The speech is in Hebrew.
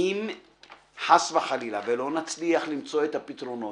אם חס וחלילה לא נצליח למצוא את הפתרונות,